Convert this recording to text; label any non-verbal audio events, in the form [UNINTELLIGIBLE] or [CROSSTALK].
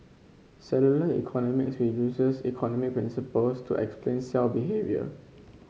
cellular economies [UNINTELLIGIBLE] uses economic principles to explain cell behaviour